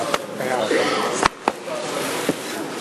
בבקשה.